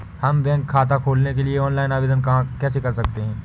हम बैंक खाता खोलने के लिए ऑनलाइन आवेदन कैसे कर सकते हैं?